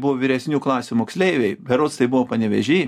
buvo vyresnių klasių moksleiviai berods tai buvo panevėžy